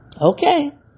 Okay